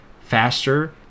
faster